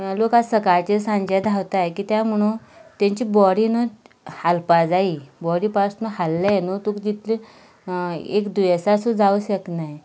लोक आतां सकाळचे सांजे धांवतात कित्याक म्हणून तांची बॉडी न्हय हालपाक जाय बॉडी पार्ट्स हाल्ले न्हय तुका जितलें एक दुयेंस सुद्दां जावंक शकनाय